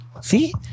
See